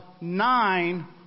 nine